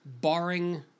barring